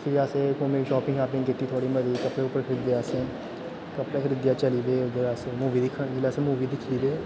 फिरी आसें घुम्मे शापिंग छापिंग कीती थोह्ड़ी मती कपड़े छपड़े खरीदे असें कपडे़ खरीदे चली पे अस मूवी दिक्खन जिसलै असें मूवी दिक्खी ते